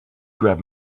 grab